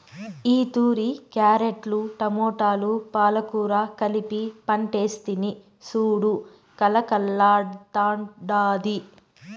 ఈతూరి క్యారెట్లు, టమోటాలు, పాలకూర కలిపి పంటేస్తిని సూడు కలకల్లాడ్తాండాది